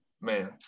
man